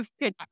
good